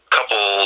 couple